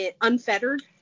unfettered